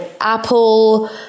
Apple